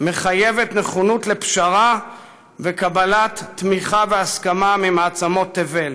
מחייבת נכונות לפשרה וקבלת תמיכה והסכמה ממעצמות תבל,